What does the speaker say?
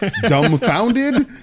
Dumbfounded